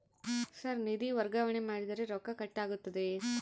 Sir ನಿಧಿ ವರ್ಗಾವಣೆ ಮಾಡಿದರೆ ರೊಕ್ಕ ಕಟ್ ಆಗುತ್ತದೆಯೆ?